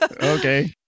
Okay